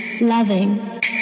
loving